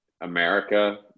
America